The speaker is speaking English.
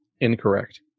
Incorrect